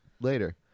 later